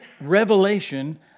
revelation